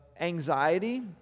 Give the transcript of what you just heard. anxiety